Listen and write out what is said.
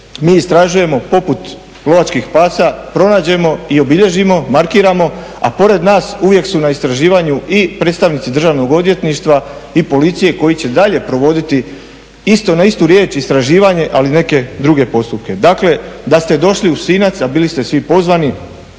mi istražujemo poput lovačkih pasa, pronađemo i obilježimo, markiramo, a pored nas uvijek su na istraživanju i predstavnici Državnog odvjetništva i policije koji će dalje provoditi isto na istu riječ istraživanje, ali neke druge postupke. Dakle, da ste došli u Sinac, a bili ste svi pozvani,